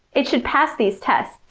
it should pass these tests.